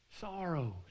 sorrows